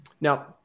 Now